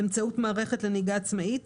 באמצעות מערכת לנהיגה עצמאית,